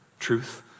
truth